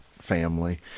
family